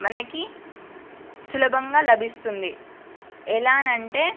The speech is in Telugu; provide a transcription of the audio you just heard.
మనకి సులభంగా లభిస్తుంది ఎలానంటే